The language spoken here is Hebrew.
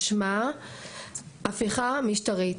משמע הפיכה משטרית,